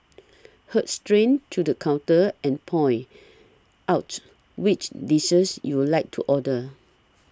heard straight to the counter and point out which dishes you'll like to order